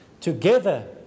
together